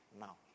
now